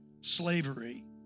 Slavery